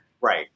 right